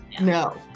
No